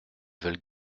veulent